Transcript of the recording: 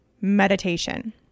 meditation